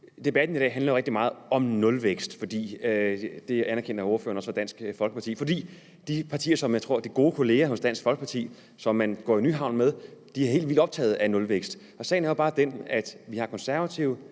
Debatten i dag handler rigtig meget om nulvækst, og det anerkender ordføreren for Dansk Folkeparti også, for de partier eller gode kollegaer til Dansk Folkeparti, som man går i Nyhavn med, er helt vildt optaget af nulvækst. Sagen er bare den, at vi har De Konservative,